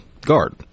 guard